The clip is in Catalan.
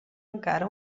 encara